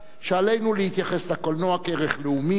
שעלינו להתייחס לקולנוע כערך לאומי,